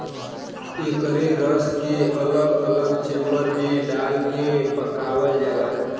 एकरे रस के अलग अलग चेम्बर मे डाल के पकावल जाला